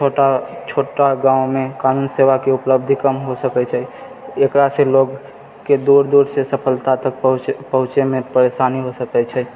छोटा छोटा गाँवमे कानून सेवाके उपलब्धि कम हो सकै छै एकरासँ लोकके दूर दूरसँ सफलता तक पहुँचैमे परेशानी हो सकै छै